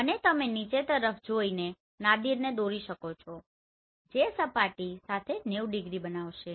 અને તમે નીચે તરફ જોઈને નાદિરને દોરી શકો છોજે સપાટી સાથે 90 ડિગ્રી બનાવશે